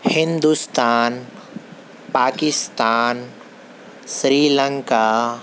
Hindustan Pakistan Sri Lanka